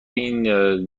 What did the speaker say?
این